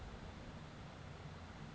বোম্বাই শহরে ইক ব্যাঙ্ক আসে ইয়েস ব্যাঙ্ক